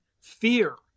Fear